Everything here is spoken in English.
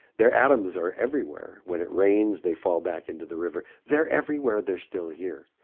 their atoms are everywhere. when it rains, they fall back into the river. they're everywhere. they're still here.